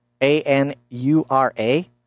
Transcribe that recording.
A-N-U-R-A